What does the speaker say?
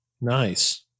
Nice